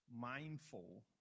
mindful